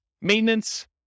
Maintenance